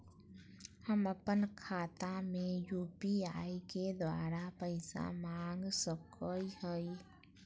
हम अपन खाता में यू.पी.आई के द्वारा पैसा मांग सकई हई?